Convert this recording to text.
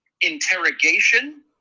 interrogation